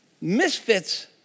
misfits